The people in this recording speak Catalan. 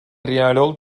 rierol